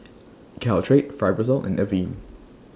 Caltrate Fibrosol and Avene